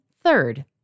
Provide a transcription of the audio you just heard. third